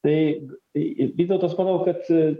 tai vytautas manau kad